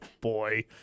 boy